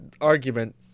argument